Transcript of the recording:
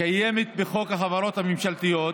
קיימת בחוק החברות הממשלתיות,